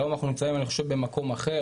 היום אנחנו נמצאים אני חושב במקום אחר